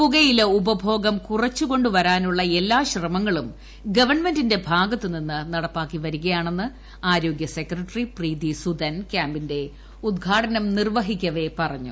പുകയില ഉപഭോഗം കുറച്ചുകൊണ്ടുവരാനുള്ള എല്ലാ ശ്രമങ്ങളും ഗവൺമെന്റിന്റെ ഭാഗത്ത് നിന്ന് നടപ്പാക്കിവരികയാണെന്ന് ആരോഗൃ സെക്രട്ടറി പ്രീതി സുദൻ ക്യാമ്പിന്റെ ഉദ്ഘാടനം നിർവ്വഹിക്കവെ പറഞ്ഞു